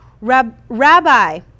Rabbi